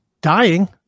dying